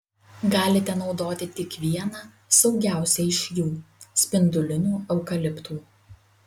galite naudoti tik vieną saugiausią iš jų spindulinių eukaliptų